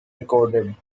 recorded